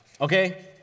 okay